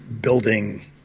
building